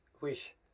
wish